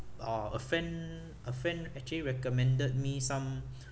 uh a friend a friend actually recommended me some